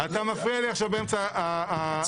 אתה מפריע לי באמצע התהליך.